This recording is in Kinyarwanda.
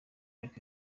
york